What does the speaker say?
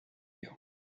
you